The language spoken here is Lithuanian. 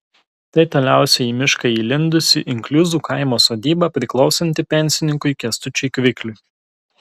tai toliausiai į mišką įlindusi inkliuzų kaimo sodyba priklausanti pensininkui kęstučiui kvikliui